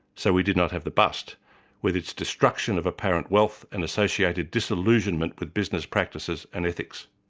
so we did not have the bust with its destruction of apparent wealth and associated disillusionment with business practices and ethics.